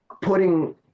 putting